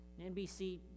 NBC